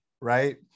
right